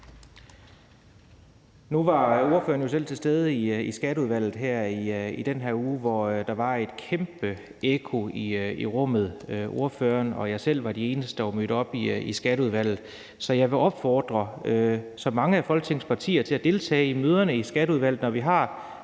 Nu var ordføreren jo selv til stede i Skatteudvalget i den her uge, hvor der var et kæmpe ekko i rummet – ordføreren og jeg selv var de eneste, der var mødt op i Skatteudvalget. Så jeg vil opfordre så mange af Folketingets partier som muligt til at deltage i møderne i Skatteudvalget, når vi har